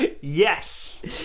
Yes